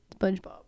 spongebob